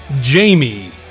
Jamie